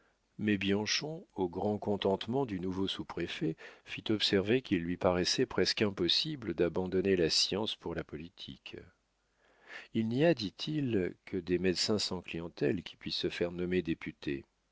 mais bianchon au grand contentement du nouveau sous-préfet fit observer qu'il lui paraissait presque impossible d'abandonner la science pour la politique il n'y a dit-il que des médecins sans clientèle qui puissent se faire nommer députés